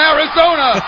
Arizona